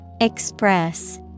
Express